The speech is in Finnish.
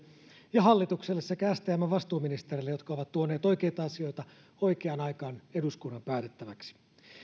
ja hallitukselle sekä stmn vastuuministereille jotka ovat tuoneet oikeita asioita oikeaan aikaan eduskunnan päätettäväksi